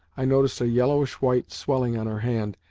i noticed a yellowish-white swelling on her hand,